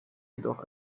jedoch